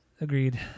Agreed